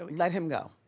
ah let him go.